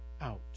out